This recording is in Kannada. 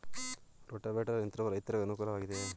ರೋಟಾವೇಟರ್ ಯಂತ್ರವು ರೈತರಿಗೆ ಅನುಕೂಲ ವಾಗಿದೆಯೇ?